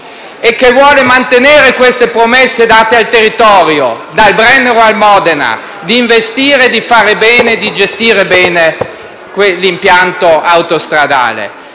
e che vuole mantenere le promesse fatte al territorio, dal Brennero a Modena, di investire e di gestire bene l'impianto autostradale.